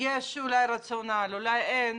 יש אולי רצון, אולי אין.